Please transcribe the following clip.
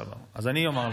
אז אני אומר לך,